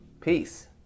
Peace